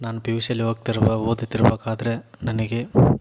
ನಾನು P U ಸಿಯಲ್ಲಿ ಓದ್ತಿರುವ ಓದುತ್ತಿರಬೇಕಾದ್ರೆ ನನಗೆ